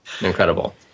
Incredible